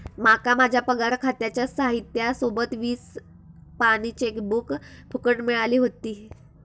माका माझ्या पगार खात्याच्या साहित्या सोबत वीस पानी चेकबुक फुकट मिळाली व्हती